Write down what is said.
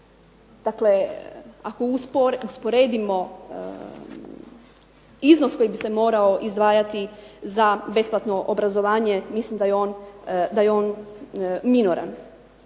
Dakle, ako usporedimo iznos koji bi se morao izdvajati za besplatno obrazovanje mislim da je on minoran.